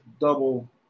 double